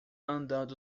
andando